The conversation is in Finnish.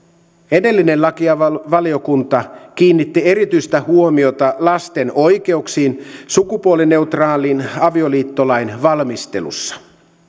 edellinen lakivaliokunta kiinnitti erityistä huomiota lasten oikeuksiin sukupuolineutraalin avioliittolain valmistelussa